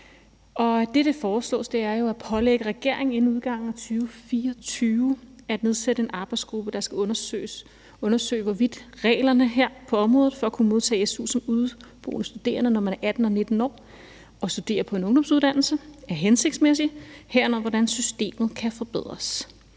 Det, der foreslås, er jo at pålægge regeringen inden udgangen af 2024 at nedsætte en arbejdsgruppe, der skal undersøge, hvorvidt reglerne på området for at kunne modtage su som udeboende studerende, når man 18 og 19 år og studerer på en ungdomsuddannelse, er hensigtsmæssige, herunder hvordan systemet kan forbedres.